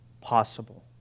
possible